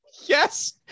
Yes